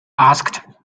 asked